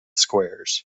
squares